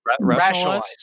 rationalize